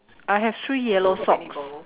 I have three yellow socks